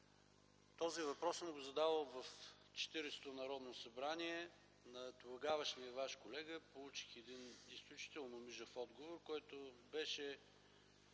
Този въпрос съм го задавал в 40-то Народно събрание на тогавашния Ваш колега, но получих изключително мижав отговор, който беше